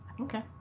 Okay